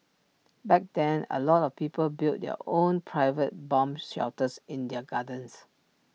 back then A lot of people built their own private bomb shelters in their gardens